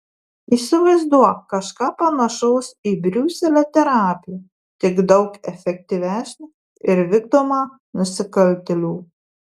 įsivaizduok kažką panašaus į briuselio terapiją tik daug efektyvesnę ir vykdomą nusikaltėlių